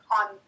on